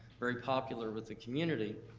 very popular with the community.